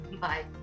Bye